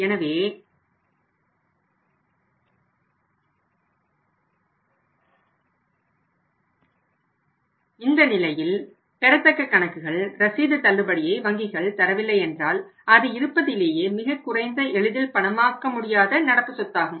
எனவே இந்த நிலையில் பெறத்தக்க கணக்குகள் ரசீது தள்ளுபடியை வங்கிகள் தரவில்லை என்றால் அது இருப்பதிலேயே மிகக்குறைந்த எளிதில் பணமாக்க முடியாத நடப்பு சொத்தாகும்